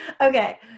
Okay